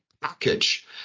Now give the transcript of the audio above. package